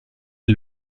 est